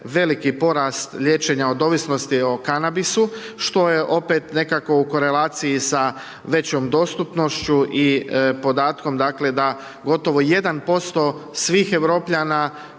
veliki porast liječenja od ovisnosti o kanabisu, što je opet nekako u korelaciji sa većom dostupnošću i podatku, dakle, da, gotovo 1% svih Europljana